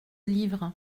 livre